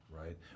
right